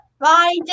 Bye